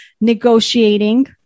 negotiating